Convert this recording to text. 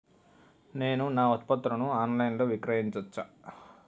నేను నా ఉత్పత్తులను ఆన్ లైన్ లో విక్రయించచ్చా?